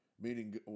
Meaning